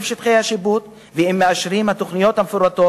את שטחי השיפוט ואם מאשרים את התוכניות המפורטות,